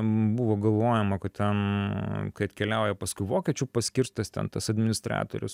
buvo galvojama kad ten kai atkeliauja paskui vokiečių paskirtas ten tas administratorius